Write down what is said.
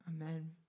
Amen